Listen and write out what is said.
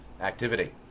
activity